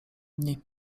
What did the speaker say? dni